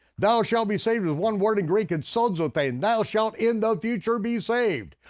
thou shalt be saved is one word in greek, it's sozopane, thou shalt in the future be saved.